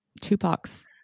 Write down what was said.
Tupac's